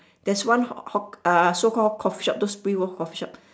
there's one haw~ hawk uh so called coffee shop those pre war coffee shop